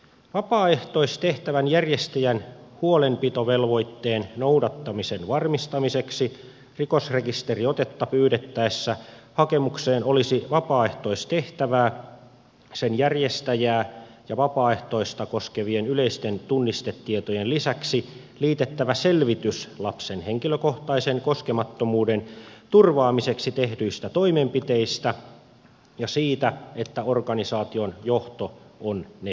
vapaaehtoistehtävän järjestäjän huolenpitovelvoitteen noudattamisen varmistamiseksi rikosrekisteriotetta pyydettäessä hakemukseen olisi vapaaehtoistehtävää sen järjestäjää ja vapaaehtoista koskevien yleisten tunnistetietojen lisäksi liitettävä selvitys lapsen henkilökohtaisen koskemattomuuden turvaamiseksi tehdyistä toimenpiteistä ja siitä että organisaation johto on ne hyväksynyt